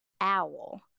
owl